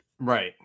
Right